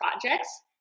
projects